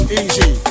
easy